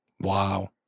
Wow